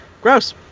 Gross